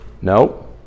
No